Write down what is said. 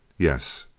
yes.